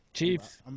Chiefs